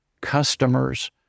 customers